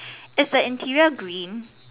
is the interior green